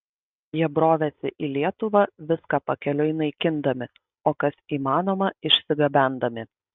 jie brovėsi į lietuvą viską pakeliui naikindami o kas įmanoma išsigabendami